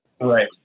right